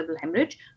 hemorrhage